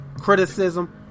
criticism